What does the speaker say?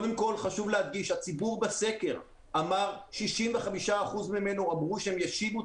קודם כול חשוב להגיד ש-65% מהציבור בסקר אמרו שהם ישיבו את